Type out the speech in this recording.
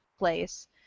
Place